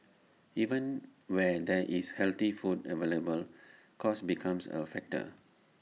even where there is healthy food available cost becomes A factor